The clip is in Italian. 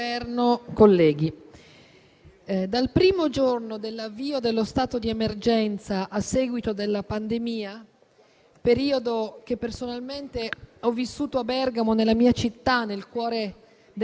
Neanche per un giorno si sono fermati, nonostante la carenza di presìdi, di mascherine e di protezioni a volte. Ogni giorno, affacciata